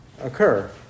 occur